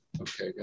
Okay